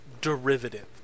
derivative